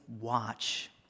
watch